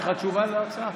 יש לך תשובה להצעה?